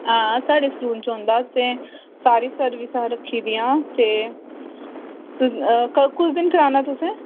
हां साढ़े सलून च होंदा असें सारी सर्विसां रक्खी दियां ते कुस दिन कराना तुसें